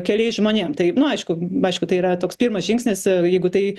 keliais žmonėm tai nu aišku aišku tai yra toks pirmas žingsnis i jeigu tai